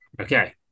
Okay